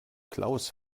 klaus